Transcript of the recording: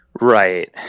Right